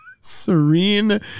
serene